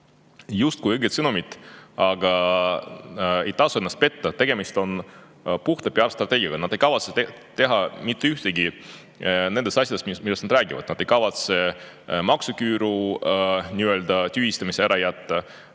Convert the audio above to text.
justkui õiged sõnumid, aga ei tasu ennast petta, tegemist on puhta PR-strateegiaga. Nad ei kavatse teha mitte ühtegi nendest asjadest, millest nad räägivad. Nad ei kavatse maksuküüru tühistamist ära jätta.